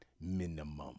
minimum